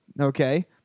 Okay